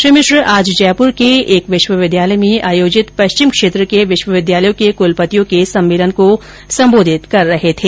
श्री मिश्र आज जयपुर के एक विश्वविद्यालय में आयोजित पश्चिम क्षेत्र के विश्वविद्यालयों के कलपतियों के सम्मेलन को सम्बोधित कर रहे थे